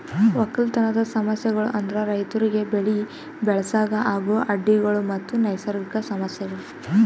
ಒಕ್ಕಲತನದ್ ಸಮಸ್ಯಗೊಳ್ ಅಂದುರ್ ರೈತುರಿಗ್ ಬೆಳಿ ಬೆಳಸಾಗ್ ಆಗೋ ಅಡ್ಡಿ ಗೊಳ್ ಮತ್ತ ನೈಸರ್ಗಿಕ ಸಮಸ್ಯಗೊಳ್